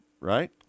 right